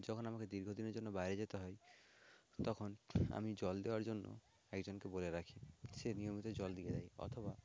যখন আমাকে দীর্ঘদিনের জন্য বাইরে যেতে হয় তখন আমি জল দেওয়ার জন্য একজনকে বলে রাখি সে নিয়মিত জল দিয়ে দেয় অথবা